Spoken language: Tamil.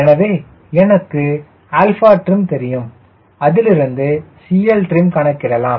எனவே எனக்கு trim தெரியும் அதிலிருந்து CLtrim கணக்கிடலாம்